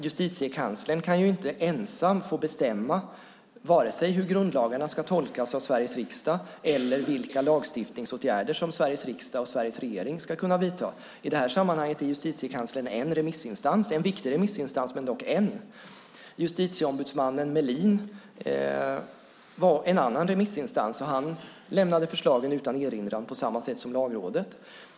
Justitiekanslern kan dock inte ensam få bestämma vare sig hur grundlagarna ska tolkas av Sveriges riksdag eller vilka lagstiftningsåtgärder Sveriges riksdag och Sveriges regering ska kunna vidta. I detta sammanhang är Justitiekanslern en remissinstans. De är en viktig remissinstans men dock en . Justitieombudsmannen Melin var en annan remissinstans, och han lämnade förslagen utan erinran på samma sätt som Lagrådet.